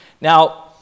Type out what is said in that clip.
Now